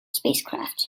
spacecraft